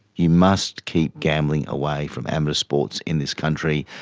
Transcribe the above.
you must keep gambling away from amateur sports in this country.